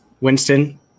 Winston